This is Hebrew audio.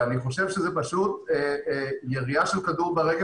ואני חושב שזה פשוט ירייה של כדור רגל